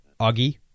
Augie